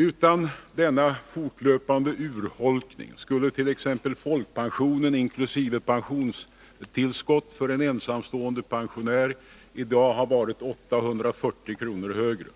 Utan denna fortlöpande urholkning skulle t.ex. folkpensionen för en ensamstående pensionär i dag ha varit 840 kr. högre.